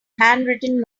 handwritten